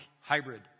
hybrid